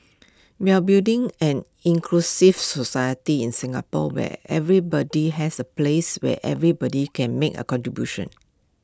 we are building an inclusive society in Singapore where everybody has A place where everybody can make A contribution